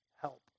help